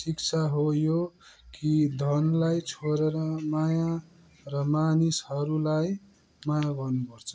शिक्षा हो यो कि धनलाई छोडेर माया र मानिसहरूलाई माया गर्नुपर्छ